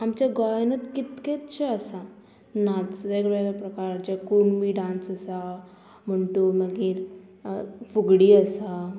आमच्या गोंयानूत कितकेतशे आसा नाच वेगवेगळे प्रकारचे कुणबी डांस आसा म्हण तूं मागीर फुगडी आसा